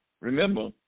Remember